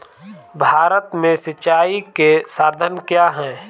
भारत में सिंचाई के साधन क्या है?